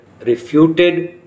refuted